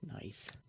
Nice